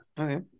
Okay